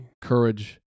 Courage